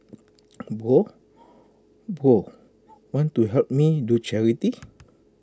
Bro Bro want to help me do charity